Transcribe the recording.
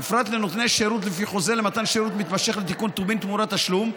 ופרט לנותני שירות לפי חוזה למתן שירות מתמשך לתיקון טובין תמורת תשלום,